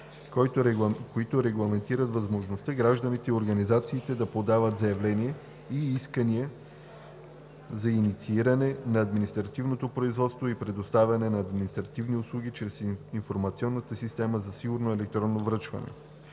които регламентират възможността гражданите и организациите да подават заявления и искания за иницииране на административното производство и предоставяне на административни услуги чрез Информационната система за сигурно електронно връчване,